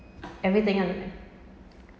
everything I think